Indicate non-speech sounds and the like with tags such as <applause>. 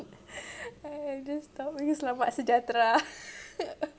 <breath> ah I just tak boleh selamat sejahtera <laughs>